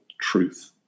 truth